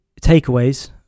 takeaways